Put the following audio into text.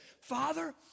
Father